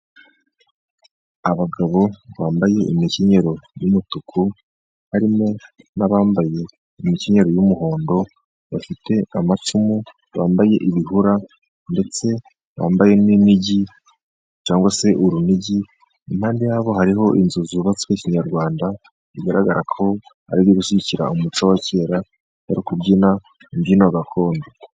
Abagabo bambaye imikinyero y'umutuku, harimo n'abambaye imkenyero y'umuhondo bafite amacumu, bambaye ibihura, ndetse bambaye nk'inigi cyangwa se urunigi, impande yabo hariho inzu zubatswe kinyarwanda. Bigaragara ko ari gushyigikira umucyo wa kera bari kubyina imbyino gakondo.